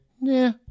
Nah